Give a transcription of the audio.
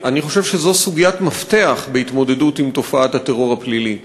אני חושב שזאת סוגיית מפתח בהתמודדות עם תופעת הטרור הפלילי.